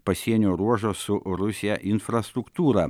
pasienio ruožą su rusija infrastruktūrą